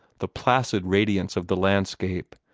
the placid radiance of the landscape,